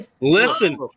listen